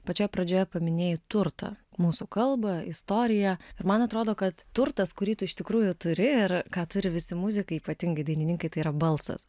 pačioje pradžioje paminėti turtą mūsų kalbą istoriją ir man atrodo kad turtas kurį tu iš tikrųjų turi ir ką turi visi muzikai ypatingai dainininkai tai yra balsas